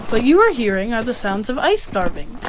what you are hearing are the sounds of ice carving.